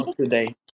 today